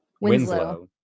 Winslow